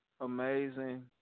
amazing